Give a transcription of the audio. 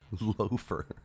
Loafer